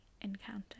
encounter